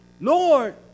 Lord